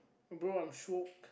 bro I'm showke